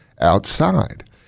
outside